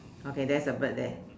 okay there's a bird there